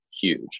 huge